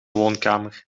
woonkamer